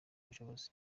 ubushobozi